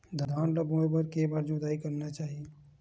धान ल बोए बर के बार जोताई करना चाही?